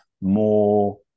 more